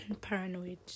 Paranoid